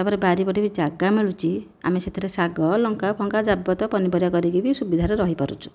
ତାପରେ ବାରିପଟେ ବି ଜାଗା ମିଳୁଛି ଆମେ ସେଥିରେ ଶାଗ ଲଙ୍କା ଫଙ୍କା ଯାବତୀୟ ପନିପରିବା କରିକି ବି ସୁବିଧାରେ ରହିପାରୁଛୁ